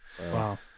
Wow